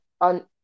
on